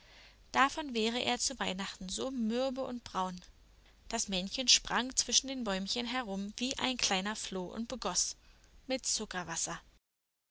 davon wäre er zu weihnachten so mürbe und braun das männchen sprang zwischen den bäumchen herum wie ein kleiner floh und begoß mit zuckerwasser